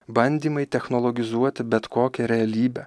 bandymai technologizuoti bet kokią realybę